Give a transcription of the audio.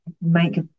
make